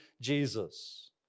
Jesus